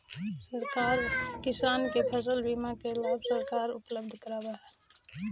किसान के फसल बीमा के लाभ सरकार उपलब्ध करावऽ हइ